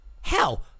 Hell